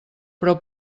però